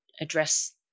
address